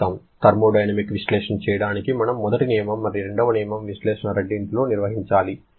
thermodynamic విశ్లేషణ చేయడానికి మనము మొదటి నియమం మరియు రెండవ నియమం విశ్లేషణ రెండింటినీ నిర్వహించాలి